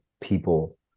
people